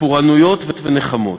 פורענויות ונחמות.